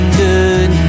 good